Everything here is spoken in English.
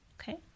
okay